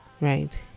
Right